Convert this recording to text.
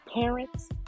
parents